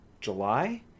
July